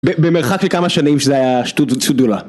במרחק לכמה שנים שזה היה שטות גדולה